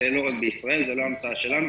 זה לא רק בישראל, זו לא המצאה שלנו.